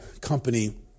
company